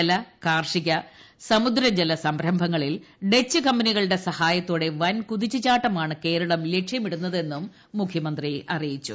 ജല കാർഷിക സമുദ്രജല് സർരംഭങ്ങളിൽ ഡച്ച് കമ്പനികളുടെ സഹായത്തോടെ വൻ കൂതിച്ചുചാട്ടമാണ് കേരളം ലക്ഷ്യമിടുന്നതെന്ന് മുഖ്യമന്ത്രി അറിയിച്ചു